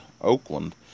Oakland